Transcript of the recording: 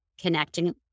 connecting